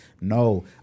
no